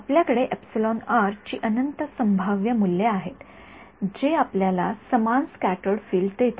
आपल्याकडे ची अनंत संभाव्य मूल्ये आहेत जे आपल्याला समान स्क्याटर्ड फील्ड देतात